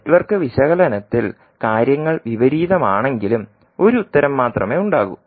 network വിശകലനത്തിൽ കാര്യങ്ങൾ വിപരീതമാണെങ്കിലും ഒരു ഉത്തരം മാത്രമേ ഉണ്ടാകൂ